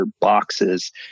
boxes